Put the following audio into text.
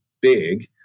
big